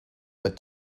but